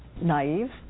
naive